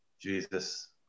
Jesus